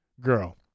girl